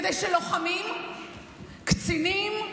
קצינים,